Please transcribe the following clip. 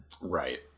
Right